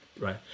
right